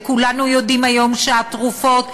וכולנו יודעים היום שהתרופות,